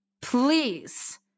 please